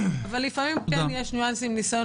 אבל לפעמים יש ניואנסים עם ניסיון